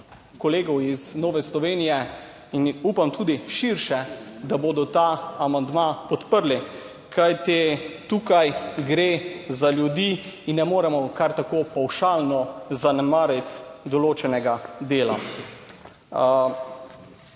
kolegov iz Nove Sloveni in, upam, tudi širše, da bodo ta amandma podprli, kajti tukaj gre za ljudi in ne moremo kar tako pavšalno zanemariti določenega dela.